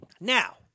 Now